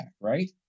right